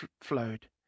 flowed